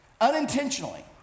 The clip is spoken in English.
unintentionally